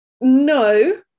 No